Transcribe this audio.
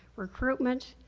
recruitment,